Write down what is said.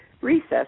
recess